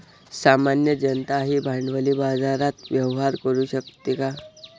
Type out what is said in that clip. सामान्य जनताही भांडवली बाजारात व्यवहार करू शकते का?